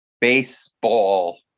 baseball